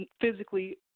physically